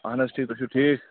اہن حظ ٹھیٖک تُہۍ چھُو ٹھیٖک